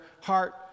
heart